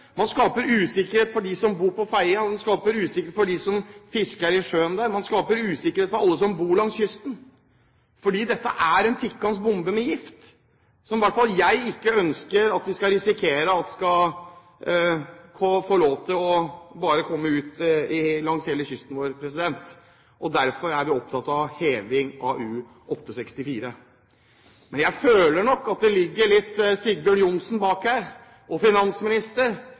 Man skaper usikkerhet for dem som bor på Fedje, og man skaper usikkerhet for dem som fisker i sjøen der. Man skaper usikkerhet for alle som bor langs kysten, for dette er en tikkende bombe med gift, som i hvert fall ikke jeg ønsker at vi skal risikere at skal få lov til å komme ut langs hele kysten vår. Derfor er vi opptatt av heving av U-864. Jeg føler nok at Sigbjørn Johnsen ligger litt bak her, en finansminister